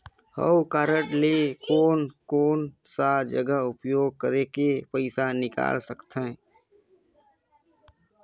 हव कारड ले कोन कोन सा जगह उपयोग करेके पइसा निकाल सकथे?